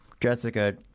Jessica